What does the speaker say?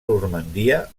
normandia